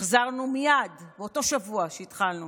החזרנו מייד, באותו שבוע שהתחלנו,